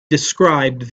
described